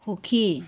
সুখী